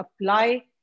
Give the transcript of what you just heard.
apply